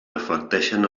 reflecteixen